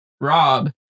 Rob